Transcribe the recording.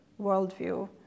worldview